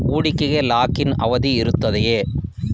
ಹೂಡಿಕೆಗೆ lock in ಅವಧಿ ಇರುತ್ತದೆಯೇ?